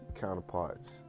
counterparts